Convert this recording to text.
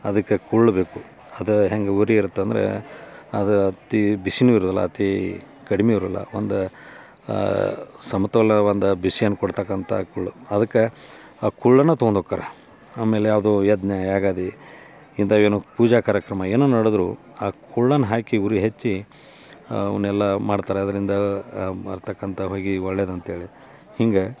ಅದಕ್ಕೆ ಕುರ್ಳ್ ಬೇಕು ಅದು ಹೆಂಗೆ ಉರಿ ಇರುತ್ತೆ ಅಂದರೆ ಅದು ಅತೀ ಬಿಸಿಯೂ ಇರುದಿಲ್ಲ ಅತೀ ಕಡಿಮೆ ಇರೋಲ್ಲ ಒಂದು ಸಮತೋಲನ ಒಂದು ಬಿಸಿಯನ್ನು ಕೊಡತಕ್ಕಂಥ ಕುರ್ಳು ಅದಕ್ಕೆ ಆ ಕುರ್ಳನ್ನ ತೊಗೊಂಡ್ ಹೋಕಾರ ಆಮೇಲೆ ಯಾವುದು ಯಜ್ಞ ಯಾಗಾದಿ ಇಂಥವು ಏನು ಪೂಜೆ ಕಾರ್ಯಕ್ರಮ ಏನು ನಡೆದ್ರೂ ಆ ಕುರ್ಳನ್ನ ಹಾಕಿ ಉರಿ ಹಚ್ಚಿ ಅವನ್ನೆಲ್ಲ ಮಾಡ್ತಾರೆ ಅದರಿಂದ ಬರತಕ್ಕಂಥ ಹೊಗೆ ಒಳ್ಳೇದು ಅಂತೇಳಿ ಹಿಂಗೆ